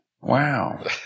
Wow